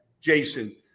Jason